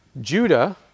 Judah